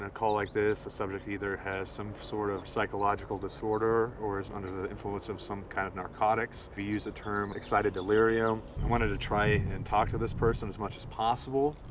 and call like this, the subject either has some sort of psychological disorder, or is under the influence of some kind of narcotics. we use the term excited delirium. i wanted to try and talk to this person as much as possible,